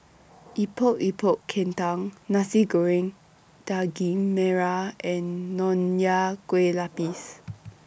Epok Epok Kentang Nasi Goreng Daging Merah and Nonya Kueh Lapis